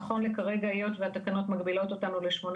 נכון לכרגע היות והתקנות מגבילות אותנו ל-8